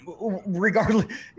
Regardless